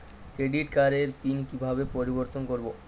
Credit কার্ডের pin কিভাবে পরিবর্তন করবো?